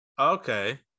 okay